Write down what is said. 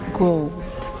gold